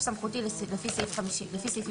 התשפ"ג 2023 בתוקף סמכותי לפי סעיפים